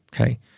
Okay